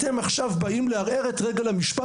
אתם עכשיו באים לערער את רגל המשפט,